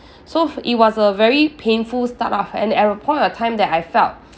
so it was a very painful start off and at the point of time that I felt